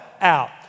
out